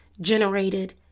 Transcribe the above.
generated